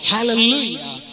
Hallelujah